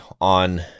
on